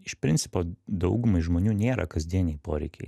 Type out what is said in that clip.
iš principo daugumai žmonių nėra kasdieniai poreikiai